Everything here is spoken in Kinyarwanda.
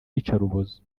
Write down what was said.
iyicarubozo